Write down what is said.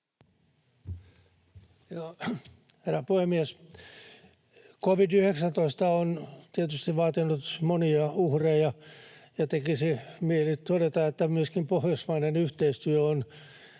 Herra puhemies! Covid-19 on tietysti vaatinut monia uhreja, ja tekisi mieli todeta, että myöskin pohjoismainen yhteistyö on,